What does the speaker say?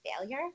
failure